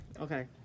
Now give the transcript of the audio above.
Okay